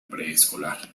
preescolar